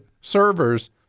servers